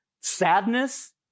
sadness